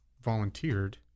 volunteered